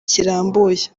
kirambuye